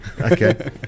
Okay